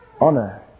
Honor